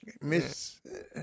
miss